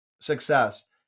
success